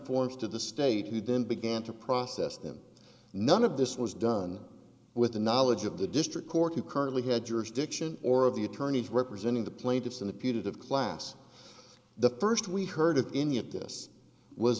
forms to the state who then began to process them none of this was done with the knowledge of the district court who currently had jurisdiction or of the attorneys representing the plaintiffs in the putative class the first we heard of any of this was